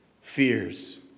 fears